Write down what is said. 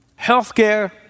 healthcare